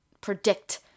predict